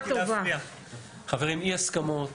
חברים, אי הסכמות